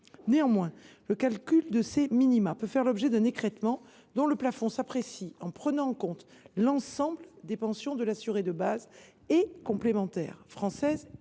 Néanmoins, le calcul de ces minima peut faire l’objet d’un écrêtement dont le plafond s’apprécie en prenant en compte l’ensemble des pensions de l’assuré, de base et complémentaires, françaises